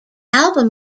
album